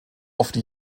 oft